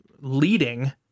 leading